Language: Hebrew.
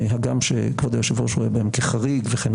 הגם שכבוד היושב-ראש רואה בהם כחריג וכן